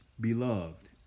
Beloved